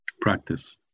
practice